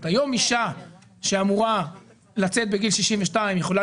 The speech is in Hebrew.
היום אישה שאמורה לצאת בגיל 62 יכולה